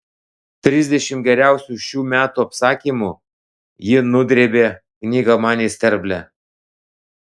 trisdešimt geriausių šių metų apsakymų ji nudrėbė knygą man į sterblę